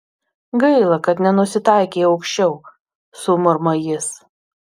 gaila kad nenusitaikei aukščiau sumurma jis